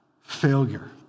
failure